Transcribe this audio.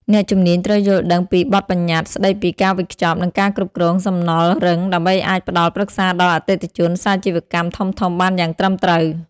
អ្នកជំនាញត្រូវយល់ដឹងពីបទបញ្ញត្តិស្ដីពីការវេចខ្ចប់ និងការគ្រប់គ្រងសំណល់រឹង ដើម្បីអាចផ្ដល់ប្រឹក្សាដល់អតិថិជនសាជីវកម្មធំៗបានយ៉ាងត្រឹមត្រូវ។